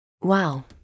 Wow